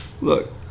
Look